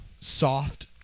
soft